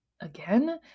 again